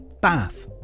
Bath